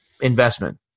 investment